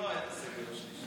בסגר השלישי.